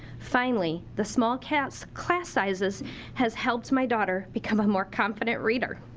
finally, the small class class sizes has helped my daughter become a more confident reader.